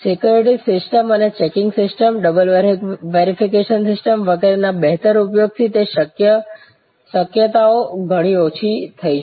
securities systems અને checking systems double verification system વગેરેના બહેતર ઉપયોગથી તે શક્યતાઓ ઘણી ઓછી થઈ છે